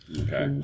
Okay